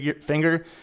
finger